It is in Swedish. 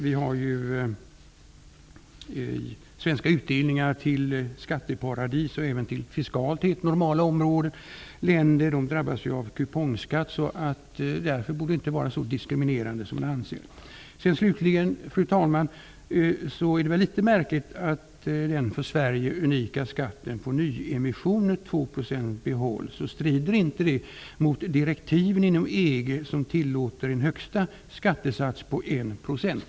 Vi har ju svenska utdelningar till skatteparadis och även till fiskalt helt normala länder som drabbas av kupongskatt. Därför borde det inte vara så diskriminerande som det anses. Fru talman! Slutligen är det litet märkligt att den för Sverige unika skatten på nyemission med 2 %